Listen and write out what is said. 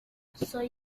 soy